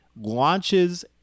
launches